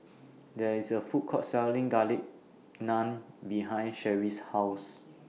There IS A Food Court Selling Garlic Naan behind Sherri's House